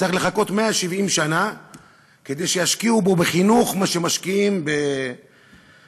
צריך לחכות 170 שנה כדי שישקיעו בו בחינוך מה שמשקיעים בהרצליה.